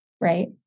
right